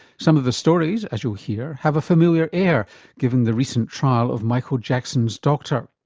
some of the stories, as you'll hear, have a familiar air given the recent trial of michael jackson's doctor.